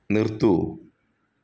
നിർത്തൂ